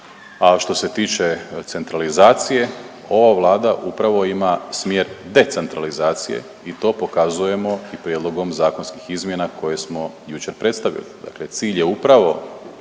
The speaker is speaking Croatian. što se tiče centralizacije ova Vlada upravo ima smjer decentralizacije i to pokazujemo prijedlogom zakonskih izmjena koje smo jučer predstavili.